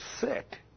sick